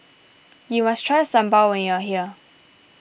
you must try Sambal when you are here